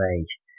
age